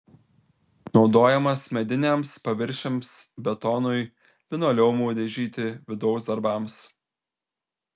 naudojamas mediniams paviršiams betonui linoleumui dažyti vidaus darbams